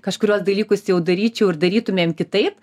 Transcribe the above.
kažkuriuos dalykus jau daryčiau ir darytumėm kitaip